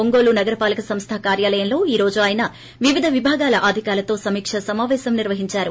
ఒంగోలు నగర పాలక సంస్ద కార్యాలయంలో ఈ రోజు ఆయన వివిధ విభాగాల అధికారులతో సమీకా సమావేశం నిర్వహిందారు